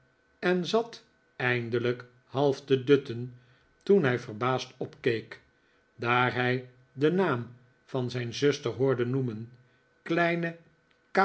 en zat eindelijk half te dutten toen hij verbaasd opkeek daar hij den naam van zijn zuster hoorde noemen kleine